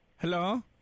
Hello